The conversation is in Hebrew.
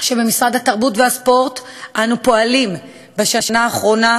שבמשרד התרבות והספורט אנו פועלים בשנה האחרונה